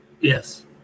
Yes